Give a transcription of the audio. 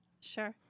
Sure